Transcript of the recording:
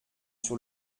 sur